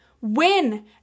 Win